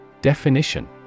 Definition